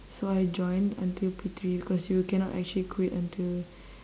so I joined until P three because you cannot actually quit until